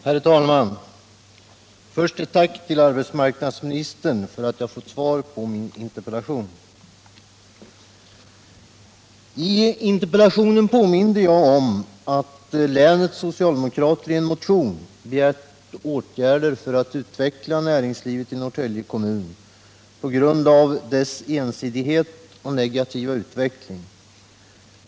Herr talman! Först ett tack till arbetsmarknadsministern för att jag fått svar på min interpellation. I interpellationen påminde jag om att länets socialdemokrater i en motion begärt åtgärder för att utveckla näringslivet i Norrtälje kommun på grund av dess ensidighet och negativa utveckling.